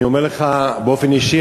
אני אומר לך באופן אישי,